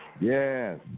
Yes